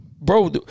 Bro